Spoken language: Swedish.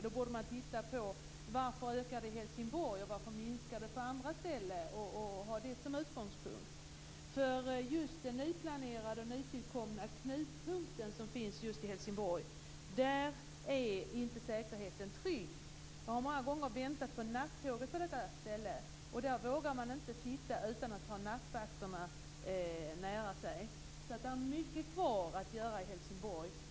Då borde man titta på varför de ökar i Helsingborg och minskar på andra ställen och ha det som utgångspunkt. Just vid den nyplanerade och nytillkomna knutpunkten som finns i Helsingborg är säkerheten inte bra. Jag har många gånger väntat på nattåget på detta ställe. Men där vågar man inte sitta utan att ha nattvakterna nära sig. Det finns alltså mycket kvar att göra i Helsingborg.